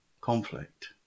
conflict